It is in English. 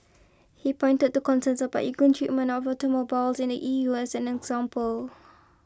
he pointed to concerns about equal treatment of automobiles in the E U as an example